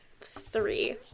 three